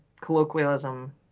colloquialism